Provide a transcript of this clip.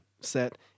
set